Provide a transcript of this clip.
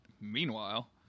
Meanwhile